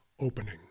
opening